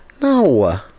no